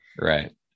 Right